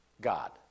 God